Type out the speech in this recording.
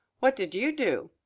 what did you do?